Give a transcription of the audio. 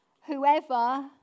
whoever